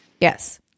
Yes